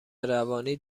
روانی